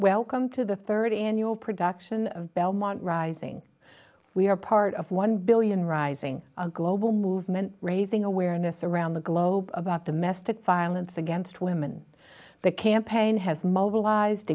welcome to the third annual production of belmont rising we are part of one billion rising global movement raising awareness around the globe about domestic violence against women the campaign has mobilized